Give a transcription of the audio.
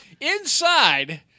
inside